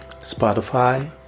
Spotify